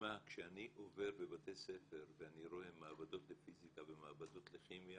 כשאני עובר בבתי ספר ואני רואה מעבדות לפיזיקה ומעבדות לכימיה,